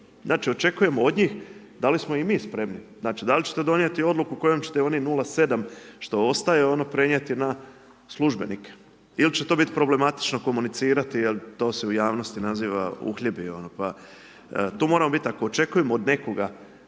Znači očekujemo od njih da li smo i mi spremni, znači da li ćete donijeti odluku kojom ćete onih 0,7 što ostaje prenijeti na službenike ili ćete to biti problematično komunicirati jer to se u javnosti naziva uhljebi, pa tu moramo biti ako očekujemo od nekoga